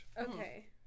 Okay